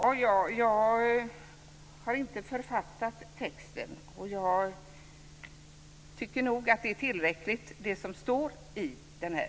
Fru talman! Jag har inte författat texten, och jag tycker nog att det är tillräckligt det som står.